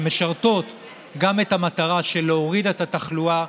שמשרתות את המטרה של להוריד את התחלואה,